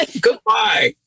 Goodbye